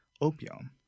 opium